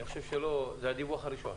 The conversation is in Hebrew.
זה הדיווח הראשון.